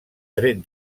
tret